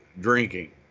drinking